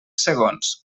segons